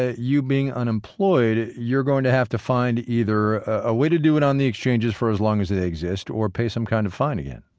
ah you being unemployed, you're going to have to find either a way to do it on the exchanges, for as long as they exist, or pay some kind of fine again?